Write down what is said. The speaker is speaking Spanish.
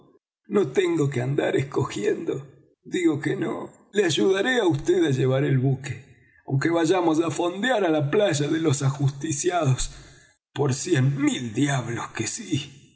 no tengo que andar escogiendo digo que no le ayudaré á vd á llevar el buque aunque vayamos á fondear á la playa de los ajusticiados por cien mil diablos que sí